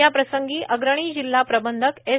याप्रसंगी अग्रणी जिल्हा प्रबंधक एस